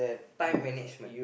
time management